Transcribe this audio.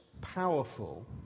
powerful